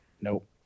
nope